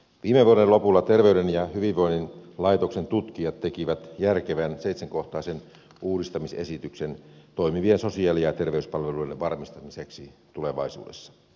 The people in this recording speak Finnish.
viime vuoden lopulla terveyden ja hyvinvoinnin laitoksen tutkijat tekivät järkevän seitsenkohtaisen uudistamisesityksen toimivien sosiaali ja terveyspalveluiden varmistamiseksi tulevaisuudessa